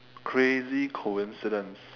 crazy coincidence